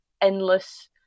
endless